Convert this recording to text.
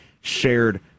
shared